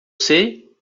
sei